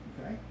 Okay